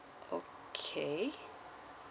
okay